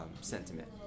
sentiment